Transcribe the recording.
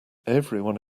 everyone